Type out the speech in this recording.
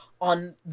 on